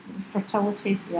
fertility